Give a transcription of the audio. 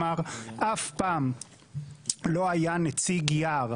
אף פעם לא היה נציג יער,